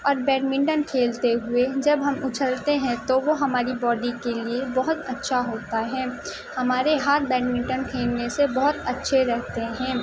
اور بیڈمنٹن کھیلتے ہوئے جب ہم اچھلتے ہیں تو وہ ہماری باڈی کے لیے بہت اچھا ہوتا ہے ہمارے ہاتھ بیڈمنٹن کھیلنے سے بہت اچھے رہتے ہیں